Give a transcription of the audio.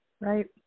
Right